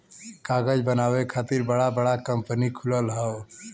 कागज बनावे खातिर बड़ा बड़ा कंपनी खुलल हौ